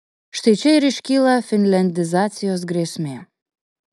štai čia ir iškyla finliandizacijos grėsmė